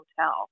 hotel